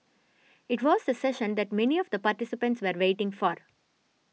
it was the session that many of the participants were waiting for